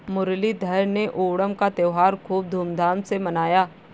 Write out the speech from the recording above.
मुरलीधर ने ओणम का त्योहार खूब धूमधाम से मनाया